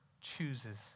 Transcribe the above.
chooses